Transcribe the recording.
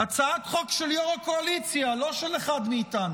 הצעת חוק של יו"ר הקואליציה, לא של אחד מאיתנו,